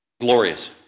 Glorious